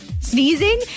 sneezing